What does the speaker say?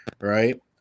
right